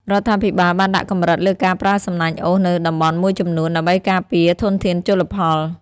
រដ្ឋាភិបាលបានដាក់កម្រិតលើការប្រើសំណាញ់អូសនៅតំបន់មួយចំនួន ដើម្បីការពារធនធានជលផល។